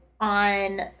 on